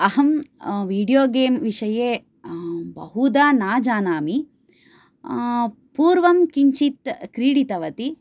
अहं video game विषये बहुधा न जानामि पूर्वं किञ्चित् क्रीडितवती